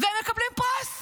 והם מקבלים פרס.